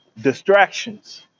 Distractions